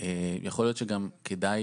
כדאי